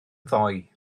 ddoe